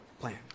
plan